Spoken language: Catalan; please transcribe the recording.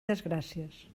desgràcies